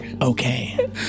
Okay